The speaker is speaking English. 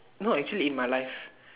no actually in my life